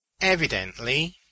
Evidently